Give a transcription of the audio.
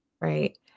Right